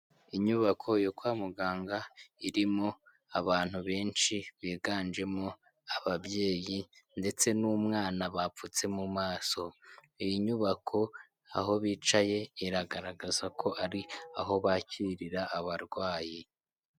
Inyubako yo kwa muganga, irimo abantu benshi biganjemo ababyeyi ndetse n'umwana bapfutse mu maso. Iyi nyubako, aho bicaye, iragaragaza ko ari aho bakirira abarwayi.